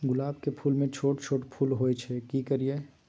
गुलाब के फूल में छोट छोट फूल होय छै की करियै?